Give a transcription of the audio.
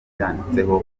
byanditseho